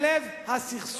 גם שם הוא לא חותם.